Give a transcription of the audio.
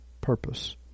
purpose